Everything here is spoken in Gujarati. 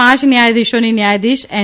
પાંચ ન્યાયાધીશોની ન્યાયાધીશ એન